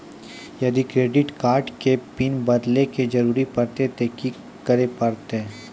यदि credit card के pin बदले के जरूरी परतै ते की करे परतै?